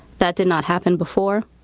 that did not happen before.